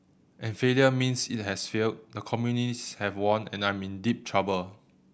and failure means it has failed the communists have won and I'm in deep trouble